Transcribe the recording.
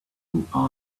who